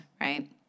Right